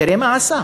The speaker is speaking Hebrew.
תראה מה זה עשה,